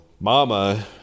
mama